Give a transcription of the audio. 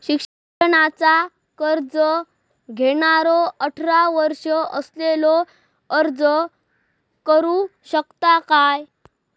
शिक्षणाचा कर्ज घेणारो अठरा वर्ष असलेलो अर्ज करू शकता काय?